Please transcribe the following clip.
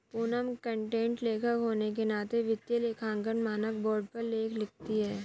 Poonam content लेखक होने के नाते वित्तीय लेखांकन मानक बोर्ड पर लेख लिखती है